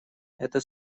это